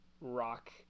rock